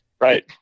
Right